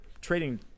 trading